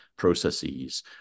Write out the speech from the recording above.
processes